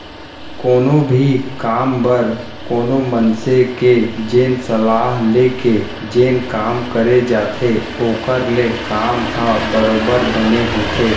कोनो भी काम बर कोनो मनसे के जेन सलाह ले के जेन काम करे जाथे ओखर ले काम ह बरोबर बने होथे